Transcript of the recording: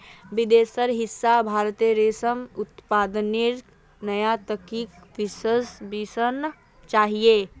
विदेशेर हिस्सा भारतत रेशम उत्पादनेर नया तकनीक वसना चाहिए